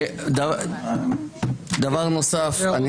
דבר נוסף,